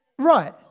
Right